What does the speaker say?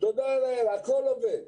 והכול עובד.